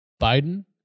Biden